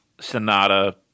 Sonata